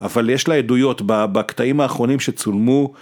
אבל יש לה עדויות בקטעים האחרונים שצולמו